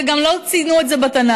וגם לא ציינו את זה בתנ"ך,